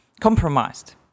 compromised